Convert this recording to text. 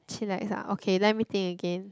chillax ah okay let me think again